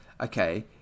okay